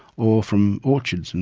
or from orchards. and